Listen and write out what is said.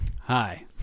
Hi